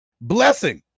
Blessing